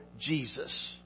Jesus